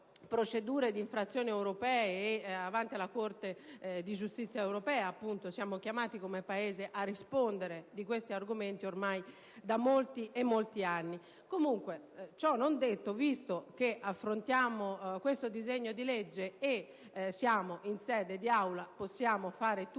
procedure di infrazione alle norme europee e avanti alla Corte di giustizia europea siamo chiamati come Paese a rispondere di questi argomenti ormai da molti e molti anni. Ciò detto, visto che affrontiamo questo disegno di legge e in Assemblea possiamo fare tutte